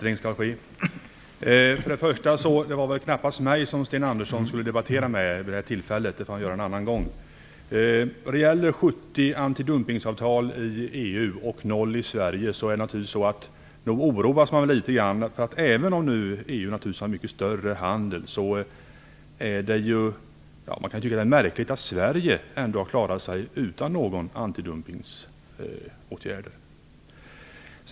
Herr talman! Det var väl knappast mig Sten Andersson skulle debattera med vid det här tillfället; det får han göra en annan gång. Nog oroas man litet grand över att det finns 70 antidumpningsavtal i EU och 0 i Sverige. Naturligtvis har EU mycket större handel, men man kan väl ändå tycka att det är märkligt att Sverige har klarat sig utan några antidumpningsåtgärder.